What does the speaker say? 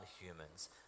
humans